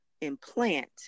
implant